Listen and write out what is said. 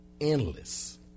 endless